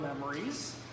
memories